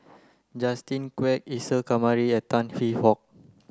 Justin Quek Isa Kamari and Tan Hwee Hock